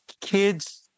kids